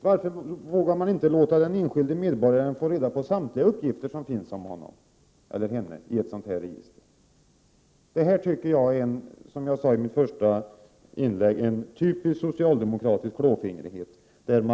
Varför vågar man inte låta den enskilde medborgaren få reda på samtliga uppgifter som finns om honom eller henne i ett sådant här register? Sådana här begränsningar är, som jag sade i mitt första inlägg, ett exempel på typisk socialdemokratisk klåfingrighet.